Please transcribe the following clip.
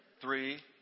three